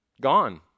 Gone